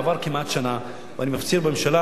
עברה כמעט שנה ואני מפציר בממשלה,